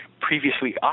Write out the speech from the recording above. previously